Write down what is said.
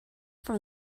from